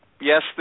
Yes